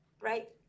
right